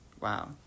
Wow